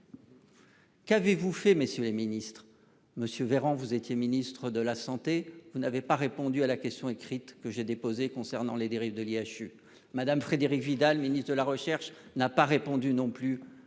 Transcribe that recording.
Qu'avez-vous fait messieurs les ministres, monsieur Véran. Vous étiez ministre de la Santé, vous n'avez pas répondu à la question écrite que j'ai déposé concernant les dérives de l'IHU madame Frédérique Vidal, ministre de la recherche n'a pas répondu non plus